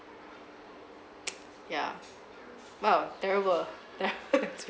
ya !wow! terrible that one's really